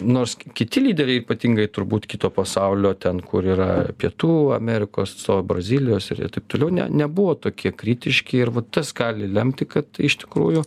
nors kiti lyderiai ypatingai turbūt kito pasaulio ten kur yra pietų amerikos brazilijos ir ir taip toliau ne nebuvo tokie kritiški ir va tas gali lemti kad iš tikrųjų